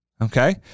okay